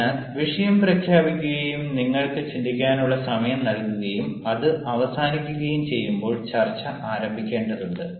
അതിനാൽ വിഷയം പ്രഖ്യാപിക്കുകയും നിങ്ങൾക്ക് ചിന്തിക്കാനുള്ള സമയം നൽകുകയും അത് അവസാനിക്കുകയും ചെയ്യുമ്പോൾ ചർച്ച ആരംഭിക്കേണ്ടതുണ്ട്